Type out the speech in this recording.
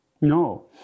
No